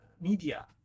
media